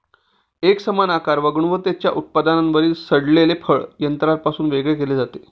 एकसमान आकार व गुणवत्तेच्या उत्पादनांमधील सडलेले फळ यंत्रापासून वेगळे केले जाते